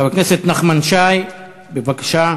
חבר הכנסת נחמן שי, בבקשה.